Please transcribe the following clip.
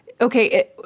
okay